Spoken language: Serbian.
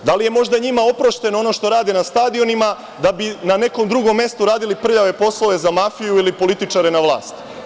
Da li je možda njima oprošteno ono što rade na stadionima da bi na nekom drugom mestu radili prljave poslove za mafiju ili političare na vlasti?